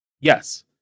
Yes